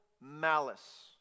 malice